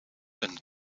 een